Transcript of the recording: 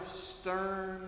stern